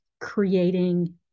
creating